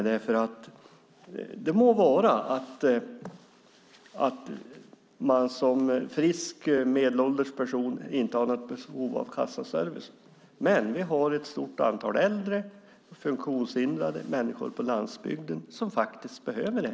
Det må vara att man som frisk medelålders person inte har något behov av kassaservice, men det finns ett stort antal äldre och funktionshindrade och människor på landsbygden som faktiskt behöver den.